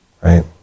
right